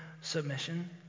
submission